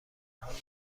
حالی